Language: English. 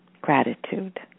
gratitude